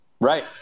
right